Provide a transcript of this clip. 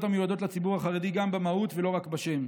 המיועדות לציבור החרדי גם במהות ולא רק בשם.